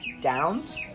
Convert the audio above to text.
downs